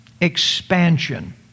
Expansion